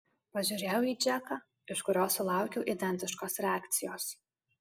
pažiūrėjau į džeką iš kurio sulaukiau identiškos reakcijos